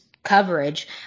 coverage